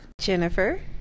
jennifer